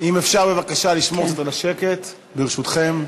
אם אפשר בבקשה לשמור קצת על השקט, ברשותכם.